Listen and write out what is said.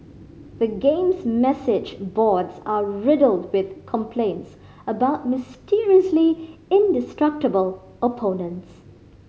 the game's message boards are riddled with complaints about mysteriously indestructible opponents